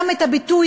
גם את הביטוי